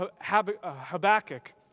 Habakkuk